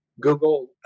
Google